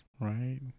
Right